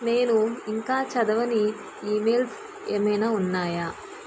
నేను ఇంకా చదవని ఈమెయిల్స్ ఏమైనా ఉన్నాయా